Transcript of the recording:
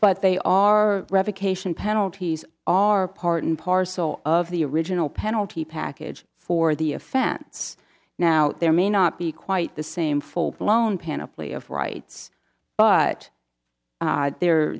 but they are revocation penalties are part and parcel of the original penalty package for the offense now there may not be quite the same full blown panoply of rights but there the